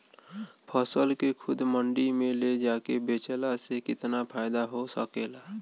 फसल के खुद मंडी में ले जाके बेचला से कितना फायदा हो सकेला?